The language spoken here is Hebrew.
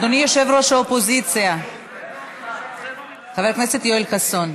אדוני יושב-ראש האופוזיציה חבר הכנסת יואל חסון.